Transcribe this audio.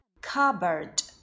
Cupboard